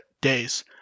days